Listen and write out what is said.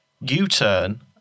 U-turn